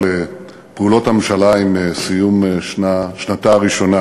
פעולות הממשלה עם סיום שנתה הראשונה.